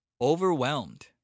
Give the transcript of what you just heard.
Overwhelmed